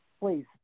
please